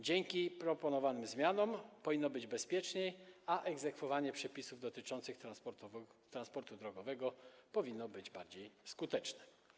Dzięki proponowanym zmianom powinno być bezpieczniej, a egzekwowanie przepisów dotyczących transportu drogowego powinno być bardziej skuteczne.